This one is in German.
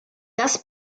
das